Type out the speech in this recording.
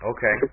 Okay